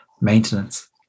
maintenance